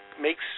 makes